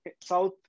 South